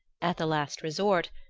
at the last resort,